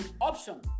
option